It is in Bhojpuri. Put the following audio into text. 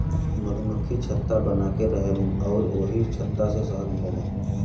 मधुमक्खि छत्ता बनाके रहेलीन अउरी ओही छत्ता से शहद मिलेला